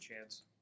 chance